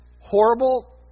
horrible